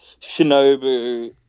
Shinobu